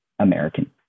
American